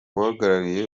uhagarariye